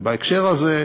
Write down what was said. ובהקשר הזה,